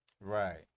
Right